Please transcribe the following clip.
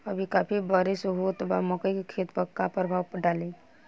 अभी काफी बरिस होत बा मकई के खेत पर का प्रभाव डालि?